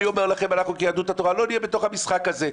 אני אומר לכם שאנחנו כיהדות התורה לא נהיה בתוך המשחק הזה.